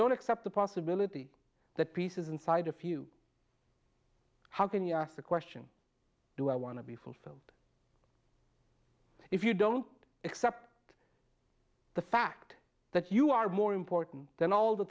don't accept the possibility that peace is inside a few how can you ask the question do i want to be fulfilled if you don't accept the fact that you are more important than all the